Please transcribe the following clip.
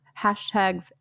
hashtags